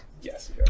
Yes